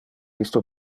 isto